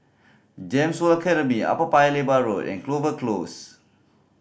GEMS World Academy Upper Paya Lebar Road and Clover Close